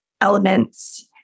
elements